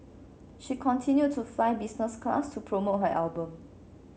she continued to fly business class to promote her album